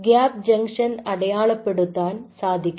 gap junction അടയാളപ്പെടുത്താൻ സാധിക്കണം